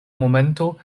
momento